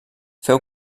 feu